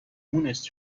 مونس